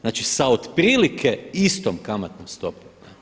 Znači sa otprilike istom kamatnom stopom.